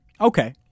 Okay